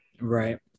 Right